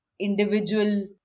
individual